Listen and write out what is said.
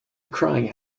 crying